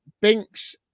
Binks